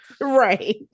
right